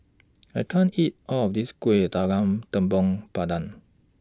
I can't eat All of This Kuih Talam Tepong Pandan